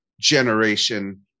generation